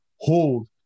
hold